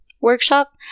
workshop